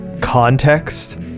context